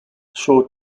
short